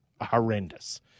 horrendous